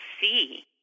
see